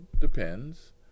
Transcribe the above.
depends